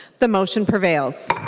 the motion prevails.